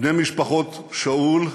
בני המשפחות שאול,